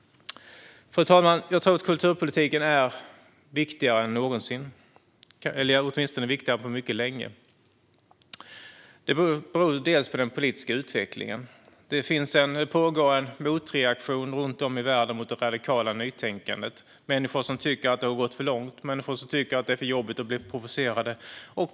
Fru talman! Jag tror att kulturpolitiken är viktigare än på mycket länge. Det beror inte minst på den politiska utvecklingen. Det pågår en motreaktion runt om i världen mot det radikala nytänkandet. Människor tycker att det har gått för långt och att det är för jobbigt att bli provocerade.